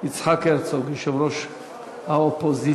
יצחק הרצוג, יושב-ראש האופוזיציה.